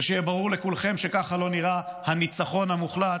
ושיהיה ברור לכולכם שככה לא נראה הניצחון המוחלט.